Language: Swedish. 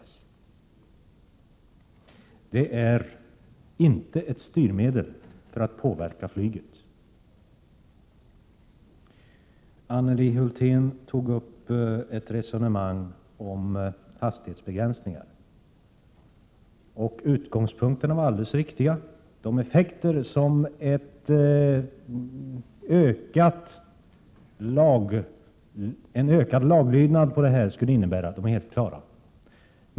Dessa avgifter är inte ett styrmedel för att påverka flyget. Anneli Hulthén tog upp ett resonemang om hastighetsbegränsningar. Utgångspunkterna var alldeles riktiga — de effekter som en ökad laglydnad på detta område skulle innebära är helt klara.